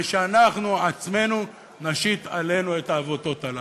ושאנחנו עצמנו נשית עלינו את העבותות הללו.